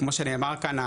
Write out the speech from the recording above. כמו שנאמר כאן,